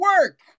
work